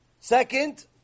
Second